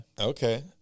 Okay